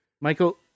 Michael